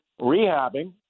rehabbing